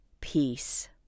peace